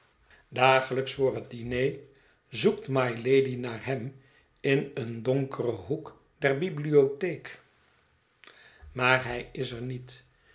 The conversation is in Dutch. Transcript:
dagelijks voor het diner zoekt mylady naar hem in een donkeren hoek der bibliotheek maar hij is wet weet